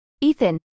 Ethan